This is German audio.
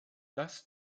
das